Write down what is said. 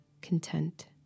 content